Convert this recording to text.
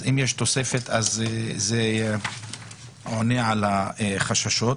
אם יש תוספת, זה עונה על החששות.